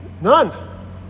None